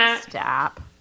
Stop